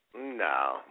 No